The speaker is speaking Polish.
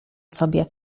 sobie